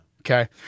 Okay